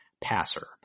passer